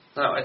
Now